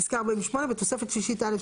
(48) בתוספת שלישית א',